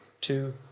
two